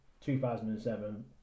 2007